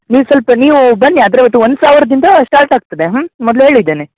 ನೀವು ಸ್ವಲ್ಪ ನೀವು ಬನ್ನಿ ಅದ್ರ ರೇಟ್ ಒಂದು ಸಾವಿರದಿಂದ ಸ್ಟಾರ್ಟ್ ಆಗ್ತದೆ ಹ್ಞೂ ಮೊದಲೆ ಹೇಳಿದ್ದೇನೆ